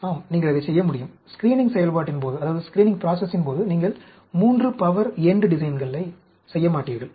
ஆம் நீங்கள் அதைச் செய்ய முடியும் ஆனால் ஸ்கிரீனிங் செயல்பாட்டின் போது நீங்கள் 3 பவர் எண்ட் டிசைன்களைச் செய்ய மாட்டீர்கள்